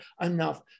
enough